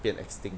变 extinct